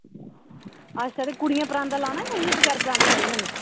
अच्छा ते कुड़ियें परांदा लाना जां इ'यां बगैर परांदै चलगन